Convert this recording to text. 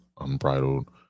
unbridled